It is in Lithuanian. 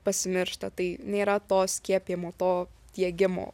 pasimiršta tai nėra to skiepijimo to diegimo